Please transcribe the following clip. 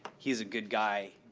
he is a good guy.